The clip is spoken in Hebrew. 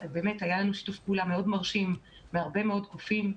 היה שיתוף פעולה מרשים עם הרבה מאוד גופים.